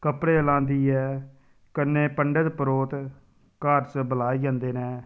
कपड़े लांदी ऐ कन्नै पंडत परोह्त घर च बलाए जंदे न